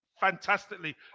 fantastically